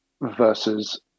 versus